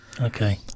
okay